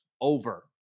Over